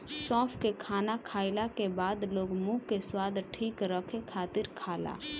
सौंफ के खाना खाईला के बाद लोग मुंह के स्वाद ठीक रखे खातिर खाला